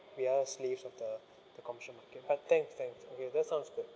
we are slaves of the the commercial market but thanks thanks okay that sounds good